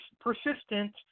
persistent